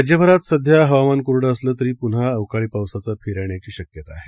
राज्यभरात सध्या हवामान कोरडं असलं तरी पुन्हा अवकाळी पावसाचा फेरा येण्याची शक्यता आहे